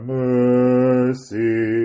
mercy